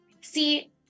see